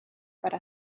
para